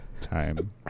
time